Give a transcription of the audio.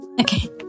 Okay